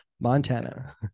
Montana